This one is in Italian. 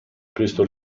cristo